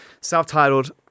self-titled